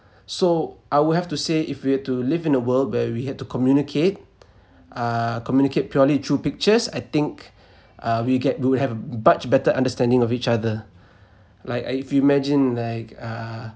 so I will have to say if we were to live in a world where we had to communicate uh communicate purely through pictures I think uh we will get we will have a much better understanding of each other like uh if you imagine like uh